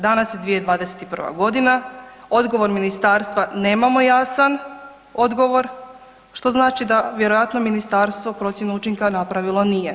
Danas je 2021. g., odgovor ministarstva nemamo jasan, odgovor, što znači da vjerojatno ministarstvo procjenu učinka napravilo nije.